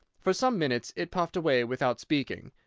for some minutes it puffed away without speaking,